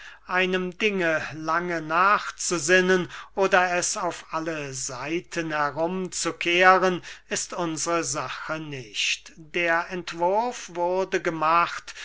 einem dinge lange nachzusinnen oder es auf alle seiten herum zu kehren ist unsre sache nicht der entwurf wurde gemacht